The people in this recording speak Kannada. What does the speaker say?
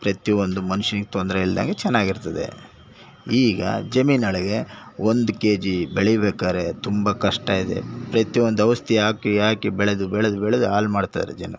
ಪ್ರತಿಯೊಂದು ಮನುಷ್ಯನಿಗೆ ತೊಂದರೆ ಇಲ್ದಂಗೆ ಚೆನ್ನಾಗಿರ್ತದೆ ಈಗ ಜಮಿನೊಳಗೆ ಒಂದು ಕೆ ಜಿ ಬೆಳಿಬೇಕಾರೆ ತುಂಬ ಕಷ್ಟವಿದೆ ಪ್ರತಿಯೊಂದು ಔಷ್ಧಿ ಆಕಿ ಆಕಿ ಬೆಳೆದು ಬೆಳೆದು ಬೆಳೆದು ಹಾಳ್ ಮಾಡ್ತಾರೆ ಜನ